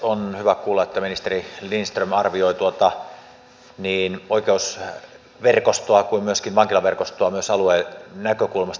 on hyvä kuulla että ministeri lindström arvioi niin oikeusistuinverkostoa kuin vankilaverkostoa myös alueen näkökulmasta